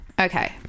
Okay